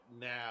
now